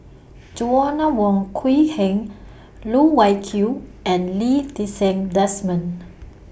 Joanna Wong Quee Heng Loh Wai Kiew and Lee Ti Seng Desmond